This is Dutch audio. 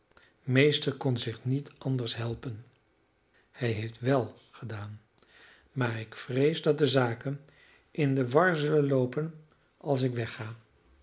meester kon zich niet anders helpen hij heeft wèl gedaan maar ik vrees dat de zaken in de war zullen loopen als ik wegga